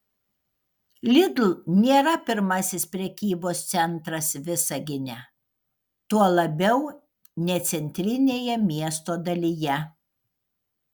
lidl nėra pirmasis prekybos centras visagine tuo labiau ne centrinėje miesto dalyje